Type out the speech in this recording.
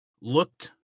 looked